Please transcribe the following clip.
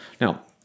Now